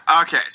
okay